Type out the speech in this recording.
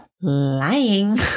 lying